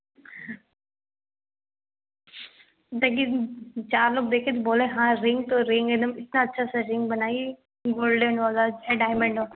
ताकि चार लोग देखें तो बोले हाँ रिंग तो रिंग है एकदम इतना अच्छा सा रिंग बनाइए गोल्डेन वाला अच्छा डायमंड